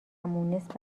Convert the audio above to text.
مونس